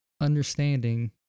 understanding